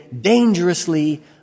dangerously